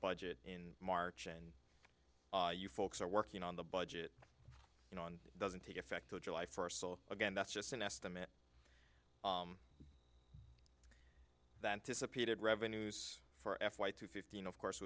budget in march and you folks are working on the budget you know on doesn't take effect to july first so again that's just an estimate that dissipated revenues for f y two fifteen of course